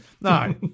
No